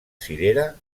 cirera